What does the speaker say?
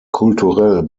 kulturell